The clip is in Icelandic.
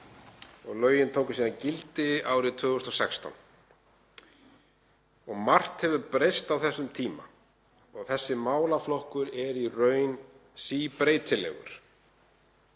Lögin tóku síðan gildi árið 2016. Margt hefur breyst á þessum tíma og þessi málaflokkur er í raun síbreytilegur.